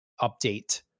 update